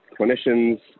clinicians